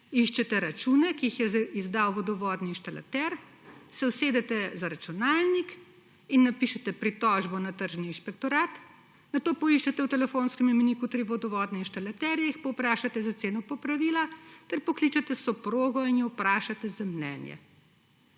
iščete račune, ki jih je izdal vodovodni inštalater, se usedete za računalnik in napišete pritožbo na Tržni inšpektorat, nato poiščete v telefonskem imeniku tri vodovodne inštalaterje, jih povprašate za ceno popravila ter pokličete soprogo in jo vprašate za mnenje.